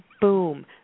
boom –